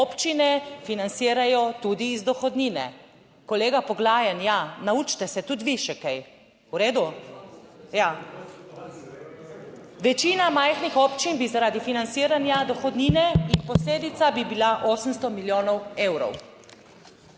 občine financirajo tudi iz dohodnine. Kolega Poglajen, ja, naučite se tudi vi še kaj. V redu... /oglašanje iz klopi/ Ja, večina majhnih občin bi zaradi financiranja dohodnine in posledica bi bila 800 milijonov evrov.